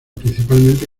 principalmente